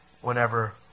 whenever